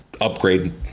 upgrade